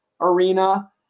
arena